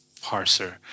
parser